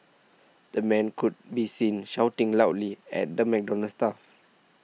the man could be seen shouting loudly at the McDonald's staffs